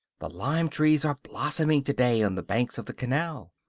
the lime-trees are blossoming to-day on the banks of the canal.